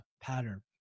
pattern